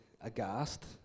aghast